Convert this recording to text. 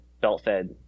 belt-fed